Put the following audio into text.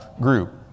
group